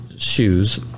Shoes